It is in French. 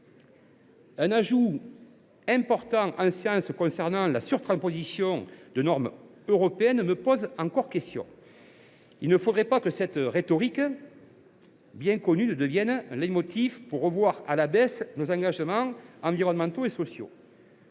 Un ajout important en séance, au sujet de la surtransposition des normes européennes, suscite des interrogations. Il ne faudrait pas que cette rhétorique bien connue devienne un leitmotiv pour revoir à la baisse nos engagements environnementaux et sociaux.